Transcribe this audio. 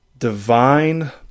divine